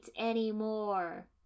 anymore